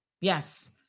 Yes